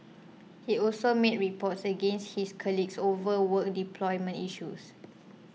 he also made reports against his colleagues over work deployment issues